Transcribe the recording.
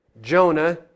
Jonah